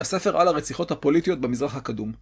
הספר על הרציחות הפוליטיות במזרח הקדום